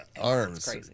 arms